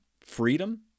Freedom